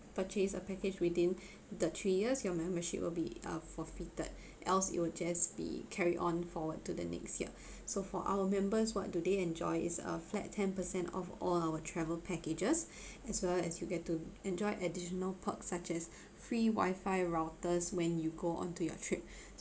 purchase a package within the three years your membership will be uh forfeited else it'll just be carried on forward to the next year so for our members what do they enjoy is a flat ten percent off all our travel packages as well as you'll get to enjoy additional perks such as free wifi routers when you go on to your trip